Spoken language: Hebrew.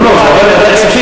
לא, לא, זה עובר לוועדת הכספים.